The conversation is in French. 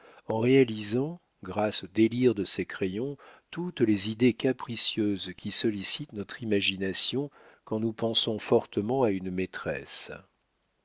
en réalisant grâce au délire de ses crayons toutes les idées capricieuses qui sollicitent notre imagination quand nous pensons fortement à une maîtresse